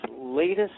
latest